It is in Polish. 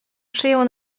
przyjął